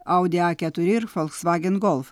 audi a keturi ir volkswagen golf